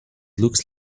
looks